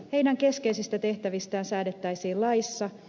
heidän keskeisistä tehtävistään säädettäisiin laissa